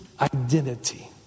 identity